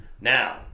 Now